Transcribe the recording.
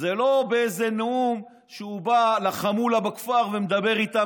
לא באיזה נאום שהוא בא לחמולה בכפר ומדבר איתם,